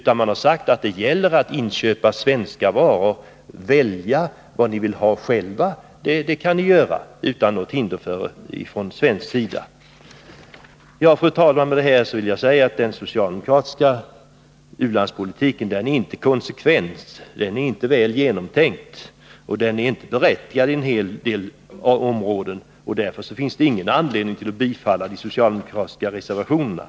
Vi säger bara att det gäller att köpa svenska varor — mottagarländerna kan själva välja vad de vill Köpa utan något hinder från svensk sida. Fru talman! Med detta vill jag säga att den socialdemokratiska ulandspolitiken inte är konsekvent, inte är väl genomtänkt och på en hel del områden inte berättigad. Därför finns det ingen anledning att bifalla de socialdemokratiska reservationerna.